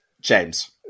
James